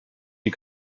die